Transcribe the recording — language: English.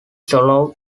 swallow